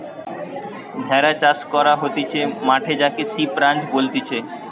ভেড়া চাষ করা হতিছে মাঠে যাকে সিপ রাঞ্চ বলতিছে